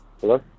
Hello